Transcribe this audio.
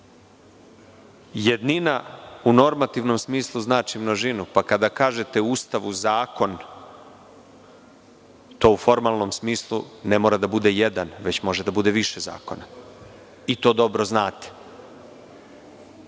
način. Jednina u normativnom smislu znači množinu, pa kada kažete u Ustavu zakon, to u formalnom smislu ne mora da bude jedan, već može da bude više zakona i to dobro znate.